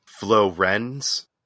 Florens